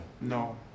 No